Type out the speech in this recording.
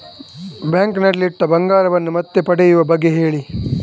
bank ನಲ್ಲಿ ಇಟ್ಟ ಬಂಗಾರವನ್ನು ಮತ್ತೆ ಪಡೆಯುವ ಬಗ್ಗೆ ಹೇಳಿ